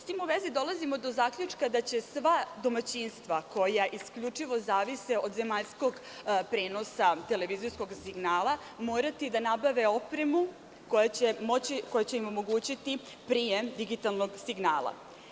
Sa tim u vezi dolazimo do zaključka da će sva domaćinstva koja isključivo zavise od zemaljskog prenosa televizijskog signala morati da nabave opremu koja će im omogućiti prijem digitalnog signala.